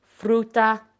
fruta